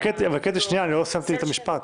שנייה, אני עוד לא סיימתי את המשפט.